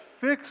fix